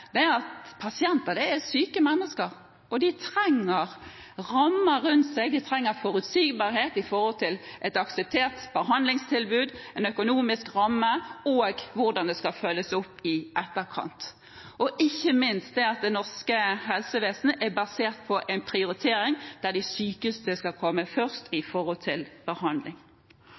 pasientens beste. Pasienter er syke mennesker. De trenger rammer rundt seg, de trenger forutsigbarhet for et akseptert behandlingstilbud og en økonomisk ramme, og for hvordan dette skal følges opp i etterkant, og ikke minst er det slik at det norske helsevesenet er basert på en prioritering der de sykeste skal komme først til behandling.